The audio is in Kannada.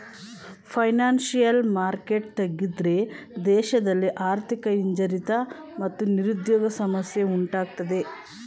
ಫೈನಾನ್ಸಿಯಲ್ ಮಾರ್ಕೆಟ್ ತಗ್ಗಿದ್ರೆ ದೇಶದಲ್ಲಿ ಆರ್ಥಿಕ ಹಿಂಜರಿತ ಮತ್ತು ನಿರುದ್ಯೋಗ ಸಮಸ್ಯೆ ಉಂಟಾಗತ್ತದೆ